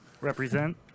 Represent